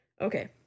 Okay